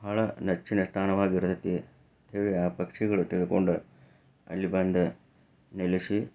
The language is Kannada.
ಬಹಳ ನೆಚ್ಚಿನ ಸ್ಥಾನವಾಗಿರತೈತಿ ಅಂತ ಹೇಳಿ ಆ ಪಕ್ಷಿಗಳು ತಿಳ್ಕೊಂಡು ಅಲ್ಲಿ ಬಂದು ನೆಲೆಸಿ